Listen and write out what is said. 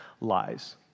lies